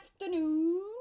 afternoon